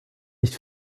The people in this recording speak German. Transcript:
nicht